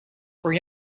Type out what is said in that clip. for